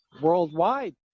worldwide